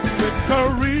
victory